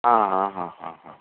आं हां हां हां हां